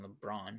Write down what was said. LeBron